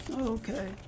Okay